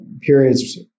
periods